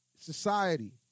society